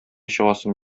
чыгасым